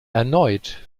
erneut